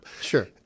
Sure